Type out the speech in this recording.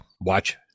watch